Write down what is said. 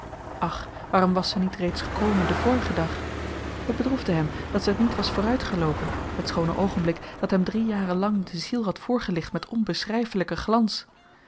ach waarom was ze niet reeds gekomen den vorigen dag het bedroefde hem dat ze t niet was vooruitgeloopen het schoone oogenblik dat hem drie jaren lang de ziel had voorgelicht met onbeschryfelyken glans